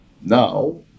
now